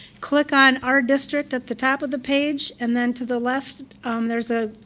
click on our district at the top of the page, and then to the left um there's a